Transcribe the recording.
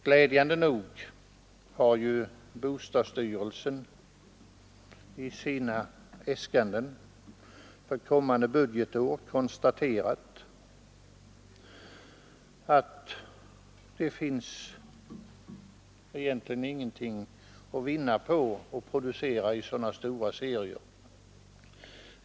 Glädjande nog har bostadsstyrelsen i sina äskanden för det kommande budgetåret konstaterat att det finns egentligen ingenting att vinna på att producera i så stora serier.